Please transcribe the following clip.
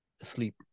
asleep